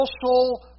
social